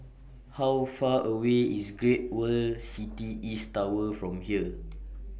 How Far away IS Great World City East Tower from here